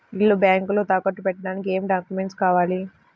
ఇల్లు బ్యాంకులో తాకట్టు పెట్టడానికి ఏమి డాక్యూమెంట్స్ కావాలి?